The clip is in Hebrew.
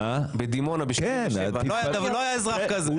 בדימונה, בשנות השבעים, לא היה אזרח כזה.